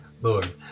Lord